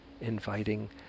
inviting